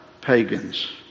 pagans